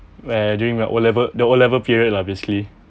where during my o level the o level period lah basically